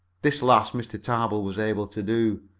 this last mr. tarbill was able to do,